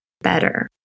better